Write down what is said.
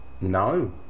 No